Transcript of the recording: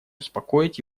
успокоить